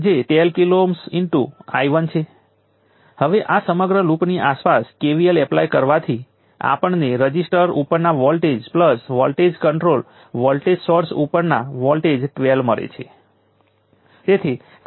અને તે પછી તમે ઇચ્છો તે રીતે વોલ્ટેજ બદલો અને તેને અમુક વોલ્ટેજ Vcઉપર લઈ જાઓ